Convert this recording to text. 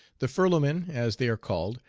the furloughmen, as they are called,